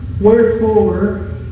Wherefore